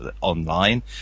online